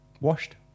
Washed